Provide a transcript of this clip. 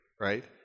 right